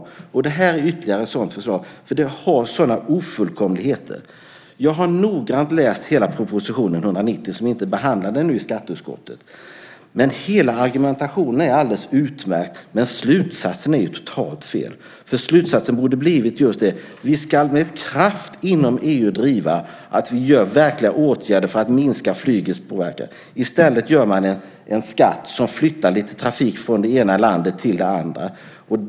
Här har vi ytterligare ett sådant förslag. Det är så ofullkomligt. Jag har noga läst hela proposition 190, vilken ännu inte behandlats i skatteutskottet. Hela argumentationen är alldeles utmärkt, men slutsatsen är totalt felaktig. Slutsatsen borde ha blivit just att vi med kraft inom EU ska driva detta med att verkliga åtgärder vidtas för att minska flygets påverkan. I stället väljer man en skatt som flyttar lite trafik från det ena landet till det andra.